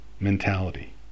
Mentality